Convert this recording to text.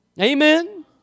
Amen